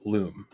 Loom